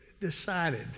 decided